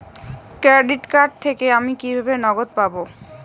Credit card থেকে আমি কিভাবে নগদ পাব?